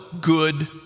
good